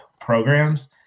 programs